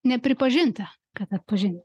nepripažinta kad atpažint